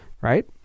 right